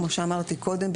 כמו שאמרתי קודם,